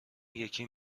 یکی